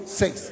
six